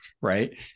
right